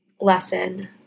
lesson